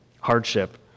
hardship